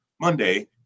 Monday